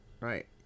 right